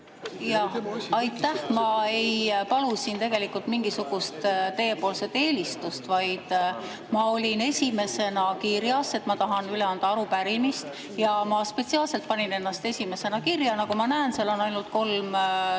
Aitäh! Ma ei palu siin tegelikult mingisugust teiepoolset eelistust, vaid ma olin esimesena kirjas, et ma tahan üle anda arupärimist, ja ma spetsiaalselt panin ennast esimesena kirja. Nagu ma näen, seal on ainult kolm